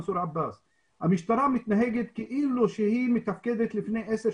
כי הדיונים